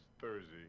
Thursday